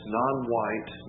non-white